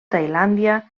tailàndia